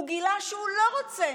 הוא גילה שהוא לא רוצה